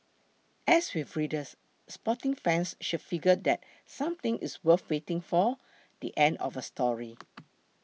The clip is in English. as with readers sporting fans should figure that something it's worth waiting for the end of a story